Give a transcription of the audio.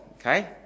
Okay